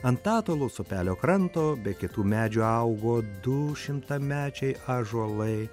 ant tatulos upelio kranto be kitų medžių augo du šimtamečiai ąžuolai